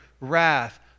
wrath